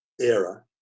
era